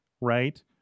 right